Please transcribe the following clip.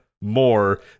more